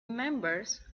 members